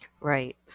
Right